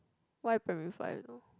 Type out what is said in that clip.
why primary five though